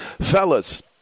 fellas